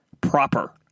proper